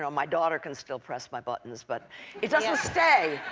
so my daughter can still press my buttons, but it doesn't stay.